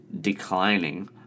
declining